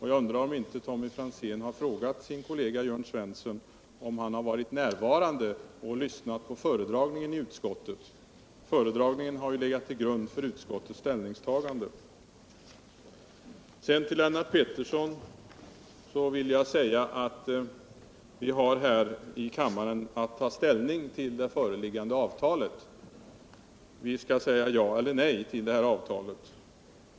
Har inte Tommy Franzén frågat sin kollega Jörn Svensson om han har varit närvarande och lyssnat på föredragningen i utskottet? Föredragningen har ju legat till grund för utskottets ställningstagande. Till Lennart Pettersson vill jag säga att vi har här i kammaren att ta ställning till det föreliggande avtalet. Vi skall säga ja eller nej till avtalet.